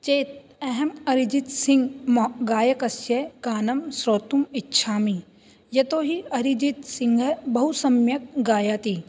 चेत् अहम् अरिजित् सिङ्ग् गायकस्य गानं श्रोतुम् इच्छामि यतोहि अरिजित् सिङ्घ् बहुसम्यक् गायाति